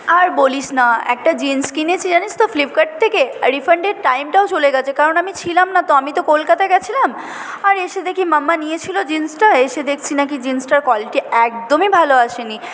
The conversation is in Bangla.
আর বলিস না একটা জিন্স কিনেছি জানিস তো ফিল্পকার্ট থেকে আর রিফান্ডের টাইমটাও চলে গেছে কারণ আমি ছিলাম না তো আমি তো কলকাতা গিয়েছিলাম আর এসে দেখি মাম্মা নিয়েছিলো জিন্সটা এসে দেখছি না কি জিন্সটার কোয়ালিটি একদমই ভালো আসেনি